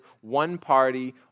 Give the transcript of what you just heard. one-party